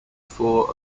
four